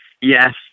Yes